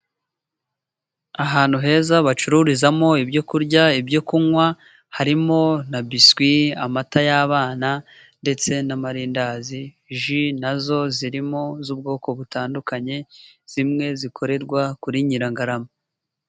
Ahantu heza bacururizamo ibyo kurya, ibyo kunywa. Harimo biswi ,amata y'abana ndetse na mandazi, ji nazo zirimo z'ubwoko butandukanye. Zimwe zikorerwa kuri Nyirangarama.